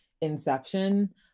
inception